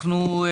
על סדר-היום: